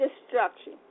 destruction